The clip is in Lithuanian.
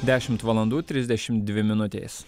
dešimt valandų trisdešim dvi minutės